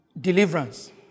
deliverance